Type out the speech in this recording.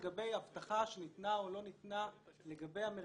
לגבי הבטחה שניתנה או לא ניתנה לגבי המרכזים.